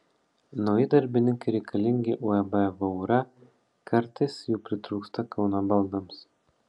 nauji darbininkai reikalingi uab vaura kartais jų pritrūksta kauno baldams